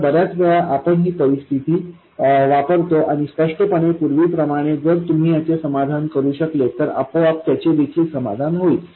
तर बर्याच वेळा आपण ही स्थिती वापरतो आणि स्पष्टपणे पूर्वीप्रमाणे जर तुम्ही ह्याचे समाधान करू शकले तर आपोआप त्याचे देखील समाधान होईल